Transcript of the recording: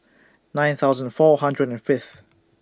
nine thousand four hundred and Fifth